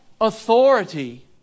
authority